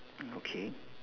okay